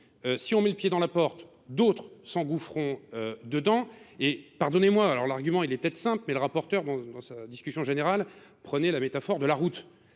Si on met le pied dans la porte, d'autres s'engouffront dedans. Et pardonnez-moi, alors l'argument est peut-être simple, mais le rapporteur, dans sa discussion générale, prenait la métaphore de la route.